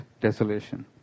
desolation